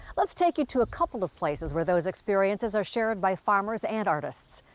let's take you to a couple of places where those experiences are shared by farmers and artists.